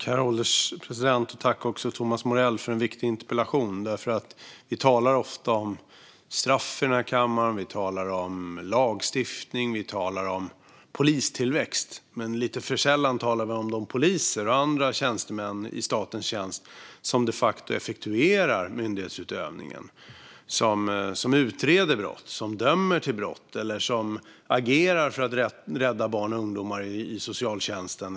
Herr ålderspresident! Jag tackar Thomas Morell för en viktig interpellation. Vi talar ofta om straff i kammaren, vi talar om lagstiftning och vi talar om polistillväxt. Men lite för sällan talar vi om de poliser och andra tjänstemän i statens tjänst som de facto effektuerar myndighetsutövningen, som utreder brott, som dömer brott, som agerar för att rädda barn och ungdomar i socialtjänsten.